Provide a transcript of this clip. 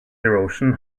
erosion